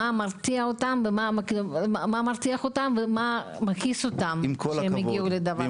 מה מרתיח אותם ומה מכעיס אותם שהם הגיעו לדבר הזה.